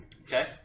Okay